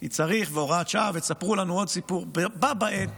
כי צריך והוראת שעה, ותספרו לנו עוד סיפור, בה בעת